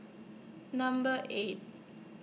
Number eight